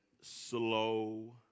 slow